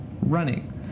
running